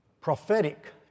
Prophetic